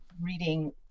reading